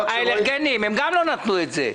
הילדים עם האלרגיות הממשלה גם לא נתנה את זה.